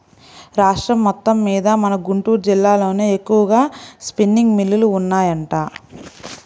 రాష్ట్రం మొత్తమ్మీద మన గుంటూరు జిల్లాలోనే ఎక్కువగా స్పిన్నింగ్ మిల్లులు ఉన్నాయంట